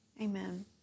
Amen